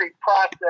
process